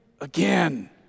again